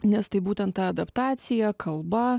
nes tai būtent ta adaptacija kalba